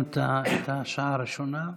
סיימת את השעה הראשונה.